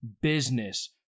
business